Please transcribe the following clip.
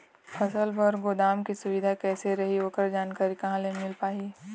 फसल बर गोदाम के सुविधा कैसे रही ओकर जानकारी कहा से मिल पाही?